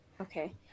Okay